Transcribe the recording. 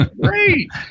great